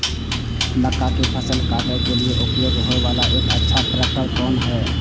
मक्का के फसल काटय के लिए उपयोग होय वाला एक अच्छा ट्रैक्टर कोन हय?